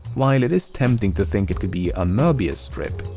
while it is tempting to think it could be a mobius strip,